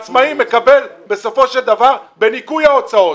העצמאי מקבל בסופו של דבר בניכוי ההוצאות.